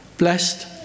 Blessed